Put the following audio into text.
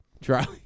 Charlie